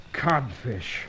codfish